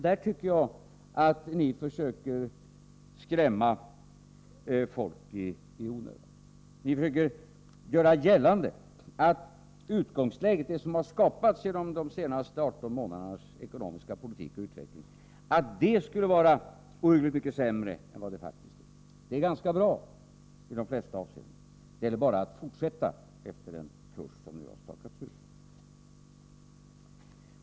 Där tycker jag att ni försöker skrämma folk i onödan. Ni försöker göra gällande att utgångsläget, som skapats genom de senaste 18 månadernas ekonomiska politik och utveckling, skulle vara oerhört mycket sämre än vad det faktiskt är. Det är ganska bra i de flesta avseenden. Det gäller bara att fortsätta efter den kurs som nu stakats ut.